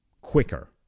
quicker